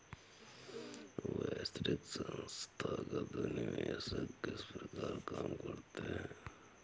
वैश्विक संथागत निवेशक किस प्रकार काम करते हैं?